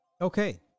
Okay